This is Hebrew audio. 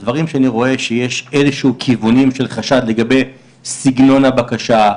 דברים שאני רואה שיש איזשהם כיוונים של חשד לגבי סגנון הבקשה,